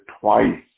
twice